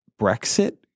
Brexit